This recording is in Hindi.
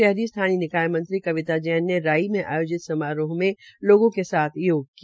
शहरी स्थानीय निकाय मंत्री कविता जैन ने राई में आयोजित समारोह में लोगों के साथ योग किया